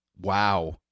Wow